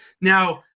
Now